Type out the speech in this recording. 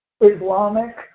Islamic